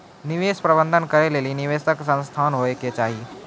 निवेश प्रबंधन करै लेली निवेशक संस्थान होय के चाहि